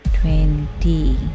Twenty